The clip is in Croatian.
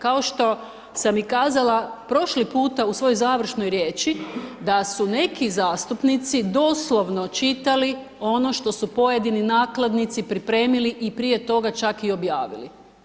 Kao što sam i kazala prošli puta u svojoj završnoj riječi da su neki zastupnici doslovno čitali ono što su pojedini nakladnici pripremili i prije toga čak i objavili.